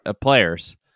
players